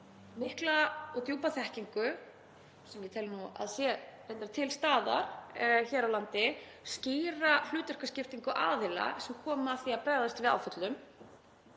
mikla og djúpa þekkingu, sem ég tel að sé reyndar til staðar hér á landi, og skýra hlutverkaskiptingu aðila sem koma að því að bregðast við áföllum.